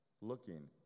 looking